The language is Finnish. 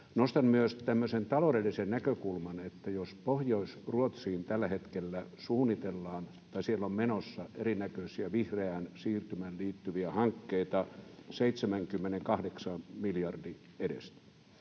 tämmöisen taloudellisen näkökulman, että jos Pohjois-Ruotsiin tällä hetkellä suunnitellaan tai siellä on menossa erinäköisiä vihreään siirtymään liittyviä hankkeita 78 miljardin edestä